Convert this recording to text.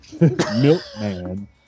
Milkman